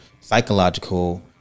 psychological